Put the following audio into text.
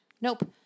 Nope